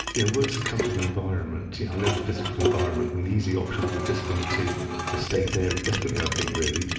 yeah work's a comfortable environment, i know the physical environment and the easy option would have just been to ah stay there indefinitely i think really.